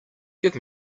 give